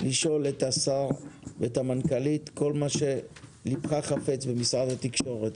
לשאול את השר ואת המנכ"לית כל מה שליבך חפץ בענייני משרד התקשורת.